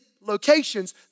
locations